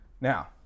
now